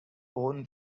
own